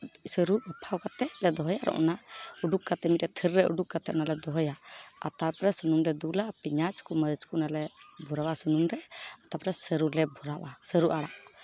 ᱥᱟᱹᱨᱩ ᱵᱟᱯᱷᱟᱣ ᱠᱟᱛᱮᱫ ᱞᱮ ᱫᱚᱦᱚᱭᱟ ᱟᱨ ᱚᱱᱟ ᱩᱰᱩᱠ ᱠᱟᱛᱮᱫ ᱢᱤᱫᱴᱮᱱ ᱛᱷᱟᱹᱨᱤ ᱨᱮ ᱩᱰᱩᱠ ᱠᱟᱛᱮᱫ ᱚᱱᱟᱞᱮ ᱫᱚᱦᱚᱭᱟ ᱟᱨ ᱛᱟᱨᱯᱚᱨᱮ ᱥᱩᱱᱩᱢᱞᱮ ᱫᱩᱞᱟ ᱯᱮᱸᱭᱟᱡᱽ ᱠᱚ ᱢᱟᱹᱨᱤᱪ ᱠᱚ ᱚᱱᱟᱞᱮ ᱵᱷᱚᱨᱟᱣᱟ ᱥᱩᱱᱩᱢ ᱨᱮ ᱛᱟᱨᱯᱚᱨᱮ ᱥᱟᱹᱨᱩ ᱞᱮ ᱵᱷᱚᱨᱟᱣᱟ ᱥᱟᱹᱨᱩ ᱟᱲᱟᱜ